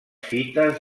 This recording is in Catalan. fites